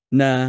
na